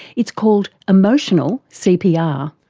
it's called emotional cpr.